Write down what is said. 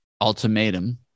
ultimatum